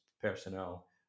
personnel